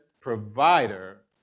provider